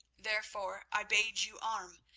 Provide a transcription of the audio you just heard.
therefore i bade you arm,